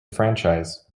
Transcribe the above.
franchise